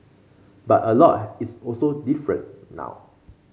but a lot is also different now